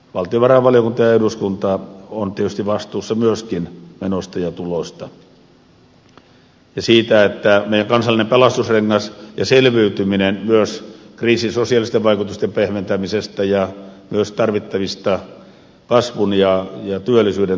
valtiovarainvaliokunta ja eduskunta ovat tietysti vastuussa myöskin menoista ja tuloista ja siitä että meidän kansallinen pelastusrengas ja selviytyminen myös kriisin sosiaalisten vaikutusten pehmentämisestä ja myös tarvittavista kasvun ja työllisyyden toimista onnistuisi